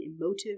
emotive